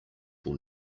will